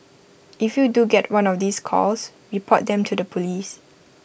if you do get one of these calls report them to the Police